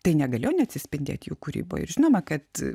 tai negalėjo neatsispindėt jų kūryboj ir žinoma kad